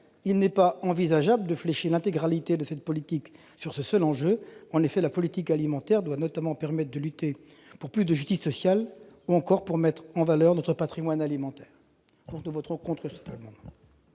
il n'est pas envisageable de cibler l'intégralité de cette politique sur ce seul enjeu. En effet, la politique alimentaire doit notamment permettre de lutter pour davantage de justice sociale, ou encore de mettre en valeur notre patrimoine alimentaire. Nous voterons donc contre l'amendement